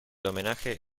homenaje